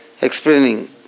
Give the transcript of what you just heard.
explaining